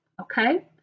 okay